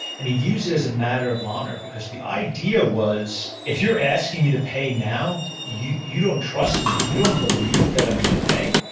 and he views it as a matter of honor, because the idea was, if you're asking me to pay now, you you don't trust me. you don't believe that i'm going to pay,